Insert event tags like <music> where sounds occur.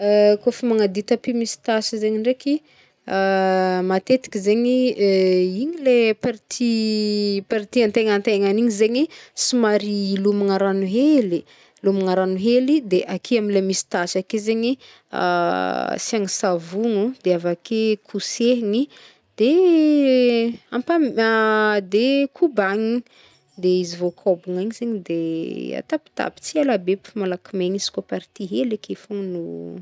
<hesitation> Kaofa magnady tapis misy tasy regny ndraiky, <hesitation> matetiky zegny, igny le <hesitation> party <hesitation> party antegnantegnany igny zegny somary lômagna ragno hely, lômagna rano hely de ake amle misy tasy ake zegny <hesitation> asegny savognyo de avake kosehogno de amp- de kobagnina, de izy voakôbagna igny zegny de <hesitation> atapitapy tsy elabe pf malaky megna izy koa party hely ake fogna no.